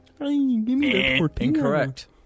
Incorrect